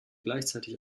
gleichzeitig